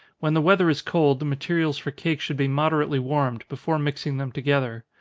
when the weather is cold, the materials for cake should be moderately warmed, before mixing them together.